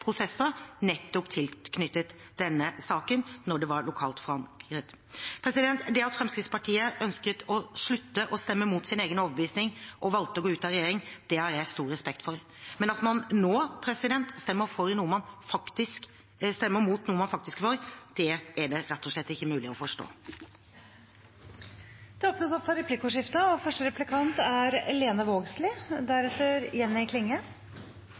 prosesser nettopp tilknyttet denne saken, når det var lokalt forankret. Det at Fremskrittspartiet ønsket å slutte å stemme imot egen overbevisning og valgte å gå ut av regjering, har jeg stor respekt for. Men at man nå stemmer imot noe man faktisk er for, er rett og slett ikke mulig å forstå. Det blir replikkordskifte. I forkant av ei rekkje samanslåingar blir det